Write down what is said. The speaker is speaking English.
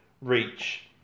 Reach